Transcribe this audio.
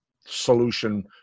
solution